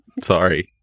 sorry